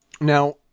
Now